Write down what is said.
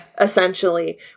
essentially